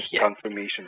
confirmation